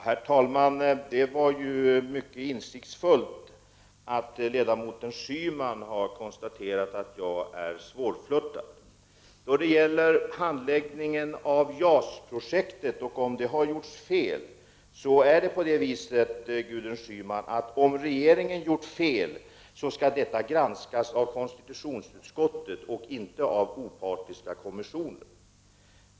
Herr talman! Det var ju mycket insiktsfullt av ledamoten Schyman att konstatera att jag är svårflörtad. Då det gäller handläggningen av JAS-projektet och frågan om det har gjorts fel vill jag säga till Gudrun Schyman att om regeringen har gjort fel skall det granskas av konstitutionsutskottet och inte av opartiska kommissioner.